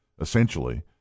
essentially